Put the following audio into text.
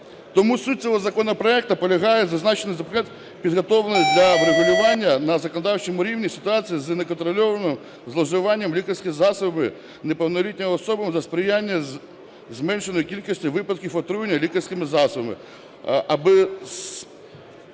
Тому суть цього законопроекту полягає, зазначений законопроект підготовлений для врегулювання на законодавчому рівні ситуації з неконтрольованим зловживанням лікарськими засобами неповнолітніми особами та сприяння зменшеної кількості випадків отруєння лікарськими засобами, аби